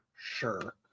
sure